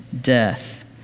death